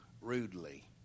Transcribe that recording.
rudely